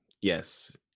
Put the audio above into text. Yes